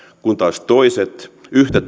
kun taas toiset yhtä